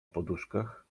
poduszkach